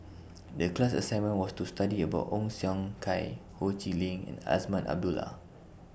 The class assignment was to study about Ong Siong Kai Ho Chee Lick and Azman Abdullah